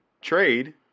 trade